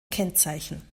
kennzeichen